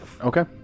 Okay